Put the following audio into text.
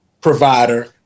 provider